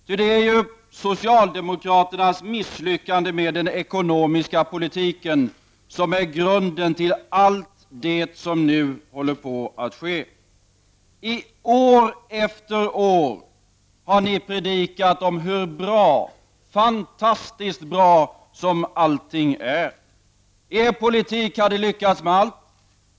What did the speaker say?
För det är ju socialdemokraternas misslyckande med den ekonomiska politiken som är grunden till allt det som nu håller på att ske. I år efter år har ni predikat om hur bra, fantastiskt bra allting är. Er politik hade lyckats med allt.